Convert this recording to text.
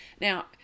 Now